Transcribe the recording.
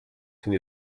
sind